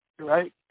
Right